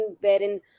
wherein